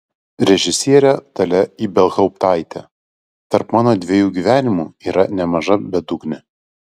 režisierė dalia ibelhauptaitė tarp mano dviejų gyvenimų yra nemaža bedugnė